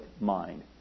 mind